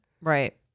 Right